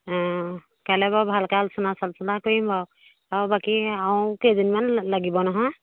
অ কাইলৈ বাৰু ভালকৈ আলোচনা চালোচনা কৰিম বাৰু আৰু বাকী আৰু কেইজনীমান লাগিব নহয়